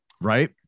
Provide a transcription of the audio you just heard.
right